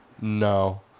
No